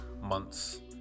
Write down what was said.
months